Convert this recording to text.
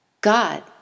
God